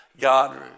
God